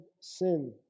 sin